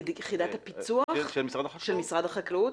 יחידת הפיצוח של משרד החקלאות.